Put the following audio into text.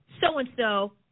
so-and-so